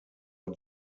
are